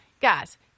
Guys